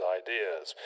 ideas